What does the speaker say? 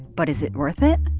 but is it worth it?